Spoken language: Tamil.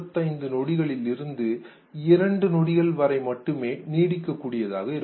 25 நொடிகளிலிருந்து இரண்டு நொடிகள் வரை நீடிக்க கூடியதாக இருக்கும்